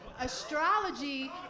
Astrology